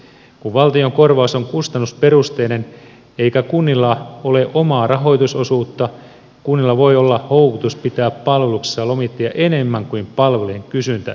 kun valtion korvaus on kustannusperusteinen eikä kunnilla ole omaa rahoitusosuutta kunnilla voi olla houkutus pitää palveluksessaan lomittajia enemmän kuin palvelujen kysyntä edellyttäisi